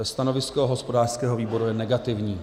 Stanovisko hospodářského výboru je negativní.